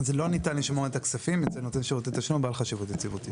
אז לא ניתן לשמור את הכספים אצל נותן שירותי תשלום בעל חשיבות יציבותית.